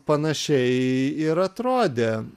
panašiai ir atrodė